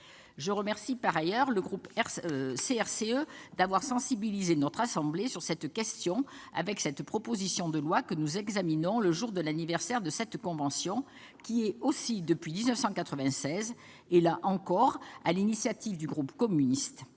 Je remercie par ailleurs le groupe CRCE d'avoir sensibilisé notre assemblée sur cette question avec cette proposition de loi que nous examinons le jour de l'anniversaire de cette convention, qui est aussi, depuis 1996- là encore, sur l'initiative du groupe communiste